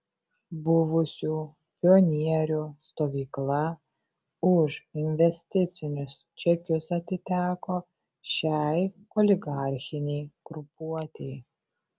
buvusių pionierių stovykla už investicinius čekius atiteko šiai oligarchinei grupuotei